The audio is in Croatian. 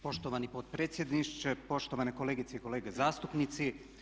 Poštovani potpredsjedniče, poštovane kolegice i kolege zastupnici.